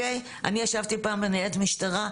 אני ישבתי פעם בניידת משטרה,